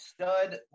stud